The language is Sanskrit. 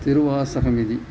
तिरुवासकमिति